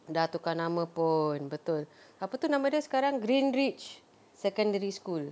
sudah tukar nama pun betul apa tu nama dia sekarang greenridge secondary school